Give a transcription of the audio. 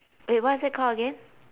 wait what's that called again